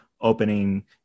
opening